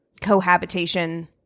cohabitation